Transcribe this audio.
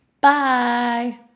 Bye